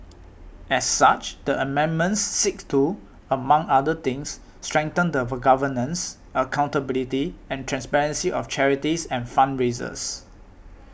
as such the amendments seek to among other things strengthen the governance accountability and transparency of charities and fundraisers